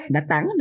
Datang